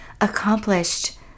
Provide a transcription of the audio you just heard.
accomplished